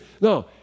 no